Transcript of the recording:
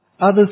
others